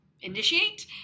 initiate